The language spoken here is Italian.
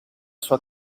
sua